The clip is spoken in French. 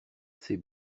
ses